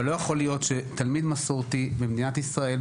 אבל לא יכול להיות שתלמיד מסורתי במדינת ישראל,